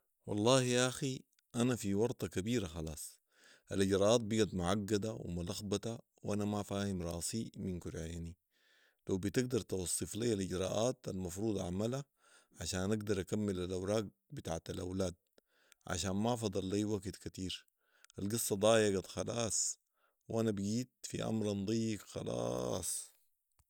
والله ياخي انا في ورطه كبيره خلاص الاجراءات بقت معقده وملخبطه وانا ما فاهم راسي من كرعيني لو بتقدر توصف لي الاجراءات المفروض اعملها عشان اقدر اكمل الاوراق بتاعة الاولاد عشان ما فضل لي وكت كتير القصه ضايقت خلاص وانا بقيت في امرن ضيق خلاص